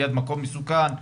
במקום מסוכן.